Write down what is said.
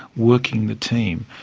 working the team.